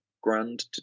grand